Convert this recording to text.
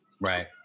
Right